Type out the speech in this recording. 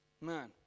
Man